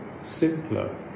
simpler